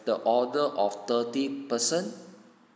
the order of thirty person